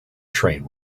train